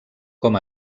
com